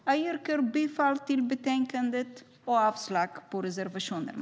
Jag yrkar bifall till förslaget i betänkandet och avslag på reservationerna.